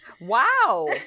Wow